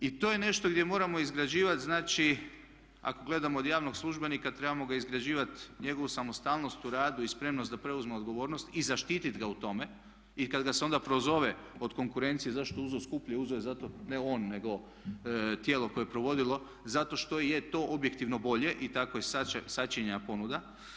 I to je nešto gdje moramo izgrađivati, znači ako gledamo od javnog službenika trebamo ga izgrađivati njegovu samostalnost u radu i spremnost da preuzme odgovornost i zaštiti ga u tome i kada ga se onda prozove od konkurencije zašto je uzeo skuplje, uzeo je zato, ne on nego tijelo koje je provodilo, zato što je to objektivno bolje i tako i je i sačinjena ponuda.